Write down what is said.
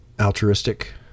altruistic